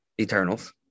Eternals